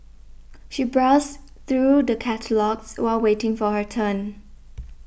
she browsed through the catalogues while waiting for her turn